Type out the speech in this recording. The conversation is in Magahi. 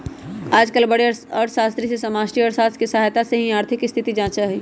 आजकल बडे अर्थशास्त्री भी समष्टि अर्थशास्त्र के सहायता से ही आर्थिक स्थिति जांचा हई